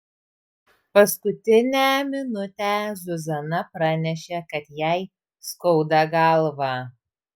paskutinę minutę zuzana pranešė kad jai skauda galvą